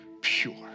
pure